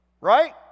right